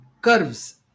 curves